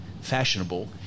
fashionable